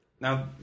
Now